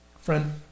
Friend